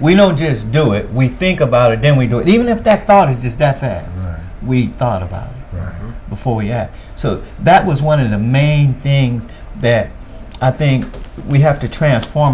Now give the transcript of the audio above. we know just do it we think about it then we do it even if that thought is just death that we thought about before we had so that was one of the main things that i think we have to transform